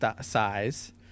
size